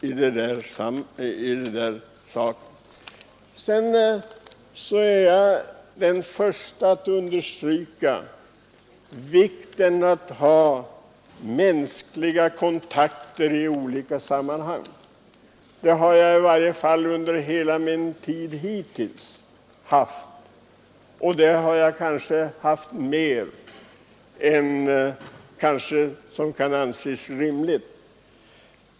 Jag är den förste att understryka vikten av att ha mänskliga kontakter i olika sammanhang. Och jag har i varje fall hittills alltid haft sådana kontakter, kanske i större utsträckning än vad som kan anses rimligt.